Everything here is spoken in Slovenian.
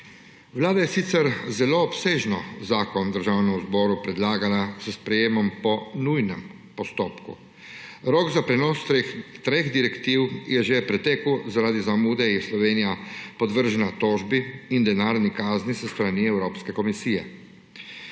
Vlada je sicer zelo obsežen zakon Državnemu zboru predlagala s sprejetjem po nujnem postopku. Rok za prenos treh direktiv je že pretekel, zaradi zamude je Slovenija podvržena tožbi in denarni kazni s strani Evropske komisije.